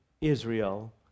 Israel